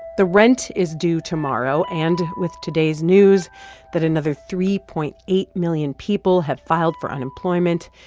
the rent is due tomorrow. and with today's news that another three point eight million people have filed for unemployment,